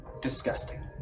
disgusting